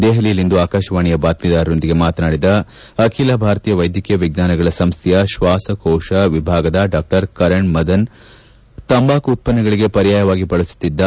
ದೆಹಲಿಯಲ್ಲಿಂದು ಆಕಾಶವಾಣಿಯ ಬಾತ್ಮೀದಾರರೊಂದಿಗೆ ಮಾತನಾಡಿದ ಅಖಿಲ ಭಾರತೀಯ ವೈದ್ಯಕೀಯ ವಿಜ್ಞಾನಗಳ ಸಂಸ್ಥೆಯ ಶ್ವಾಸಕೋಶ ವಿಭಾಗದ ಡಾ ಕರಣ್ ಮದನ್ ತಂಬಾಕು ಉತ್ಪನ್ನಗಳಿಗೆ ಪರ್ಯಾವಾಗಿ ಬಳಸುತ್ತಿದ್ದ